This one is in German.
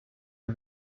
wir